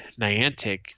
Niantic